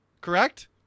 correct